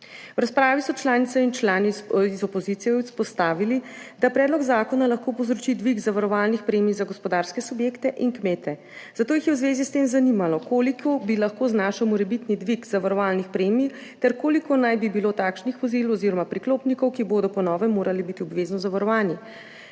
V razpravi so članice in člani iz opozicije izpostavili, da lahko predlog zakona povzroči dvig zavarovalnih premij za gospodarske subjekte in kmete, zato jih je v zvezi s tem zanimalo, koliko bi lahko znašal morebitni dvig zavarovalnih premij ter koliko naj bi bilo takšnih vozil oziroma priklopnikov, ki bodo po novem morali biti obvezno zavarovani.